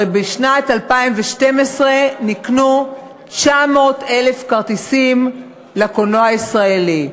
הרי בשנת 2012 נקנו 900,000 כרטיסים לקולנוע הישראלי.